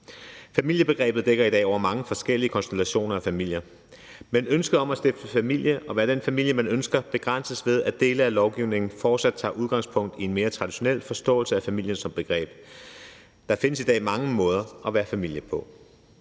Familiebegrebet dækker i dag over mange forskellige konstellationer af familier, men ønsket om at stifte familie og at kunne være den familie, man ønsker, begrænses ved, at dele af lovgivningen fortsat tager udgangspunkt i en mere traditionel forståelse af familien som begreb. Der findes i dag mange måder at være familie på.